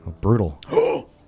Brutal